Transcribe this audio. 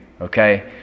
Okay